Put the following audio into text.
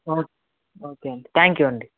okay okay అండి thank you అండి